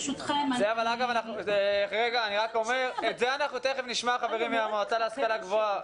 את זה אנחנו תיכף נשמע מהמועצה להשכלה גבוהה,